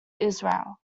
israel